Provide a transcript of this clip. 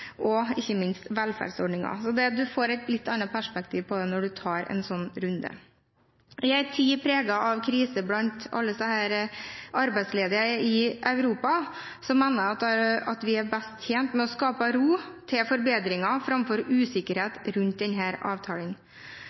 og velferdsordninger. Så man får et litt annet perspektiv på det når man tar en sånn runde. I en tid preget av krise blant alle de arbeidsledige i Europa mener jeg at vi er best tjent med å skape ro til forbedringer framfor usikkerhet rundt denne avtalen.